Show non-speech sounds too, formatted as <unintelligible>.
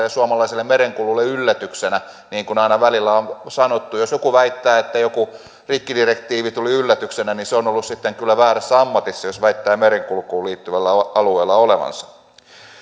<unintelligible> ja suomalaiselle merenkululle yllätyksenä niin kuin aina välillä on sanottu jos joku väittää että joku rikkidirektiivi tuli yllätyksenä niin hän on ollut sitten kyllä väärässä ammatissa jos väittää merenkulkuun liittyvällä alueella olevansa